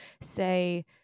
say